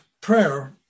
prayer